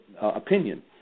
opinion